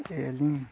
ᱟᱹᱞᱤᱧ